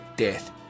death